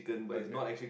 okay